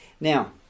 Now